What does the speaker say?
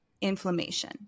inflammation